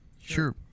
Sure